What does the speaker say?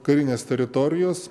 karinės teritorijos